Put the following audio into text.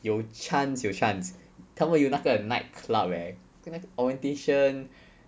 有 chance 有 chance 它们有那个 nightclub eh 跟那个 orientation